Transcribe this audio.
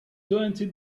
twenty